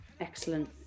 Excellent